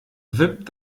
wippt